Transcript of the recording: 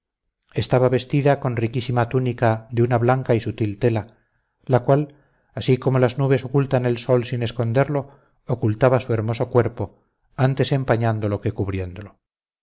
estaba vestida con riquísima túnica de una blanca y sutil tela la cual así como las nubes ocultan el sol sin esconderlo ocultaba su hermoso cuerpo antes empañándolo que cubriéndolo